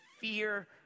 fear